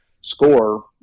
score